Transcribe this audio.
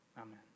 amen